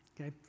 okay